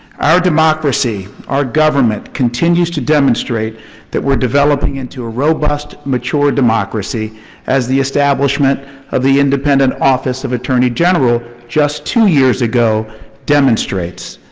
our democracy, our government continues to demonstrate that we're developing into a robust mature democracy as the establishment of the independent office of attorney general just two years ago demonstrates.